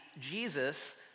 Jesus